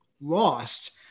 lost